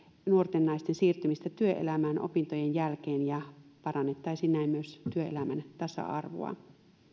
nuorten naisten siirtymistä työelämään opintojen jälkeen ja parannettaisiin myös työelämän tasa arvoa